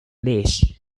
leash